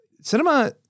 cinema